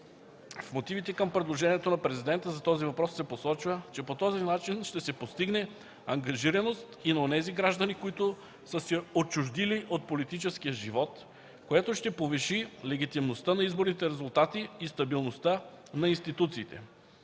В мотивите към предложението на Президента за този въпрос се посочва, че по такъв начин ще се постигне ангажираност и на онези граждани, „които са се отчуждили от политическия живот”, което ще повиши легитимността на изборните резултати и стабилността на институциите.